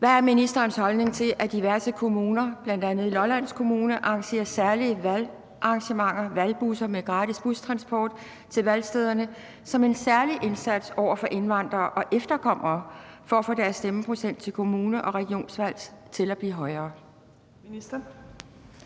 Hvad er ministerens holdning til, at diverse kommuner – bl.a. Lolland Kommune – arrangerer særlige valgarrangementer, valgbusser samt gratis bustransport til valgstederne som en særlig indsats over for indvandrere og efterkommere for at få deres stemmeprocent til kommune- og regionsvalg til at blive højere?